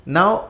Now